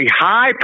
high